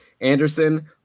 Anderson